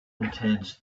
intense